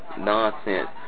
nonsense